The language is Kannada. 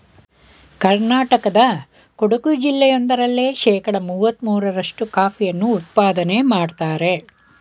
ಕರ್ನಾಟಕದ ಕೊಡಗು ಜಿಲ್ಲೆ ಒಂದರಲ್ಲೇ ಶೇಕಡ ಮುವತ್ತ ಮೂರ್ರಷ್ಟು ಕಾಫಿಯನ್ನು ಉತ್ಪಾದನೆ ಮಾಡ್ತರೆ